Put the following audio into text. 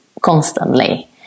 constantly